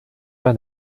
pas